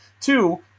Two